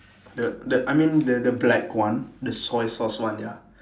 the the I mean the the black one the soy sauce one ya